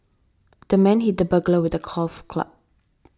the man hit the burglar with a golf club